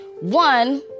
One